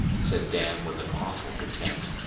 said dan, with an awful contempt.